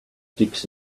sticks